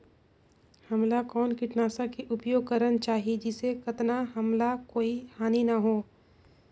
हमला कौन किटनाशक के उपयोग करन चाही जिसे कतना हमला कोई हानि न हो?